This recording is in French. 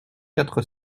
quatre